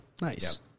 Nice